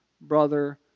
brother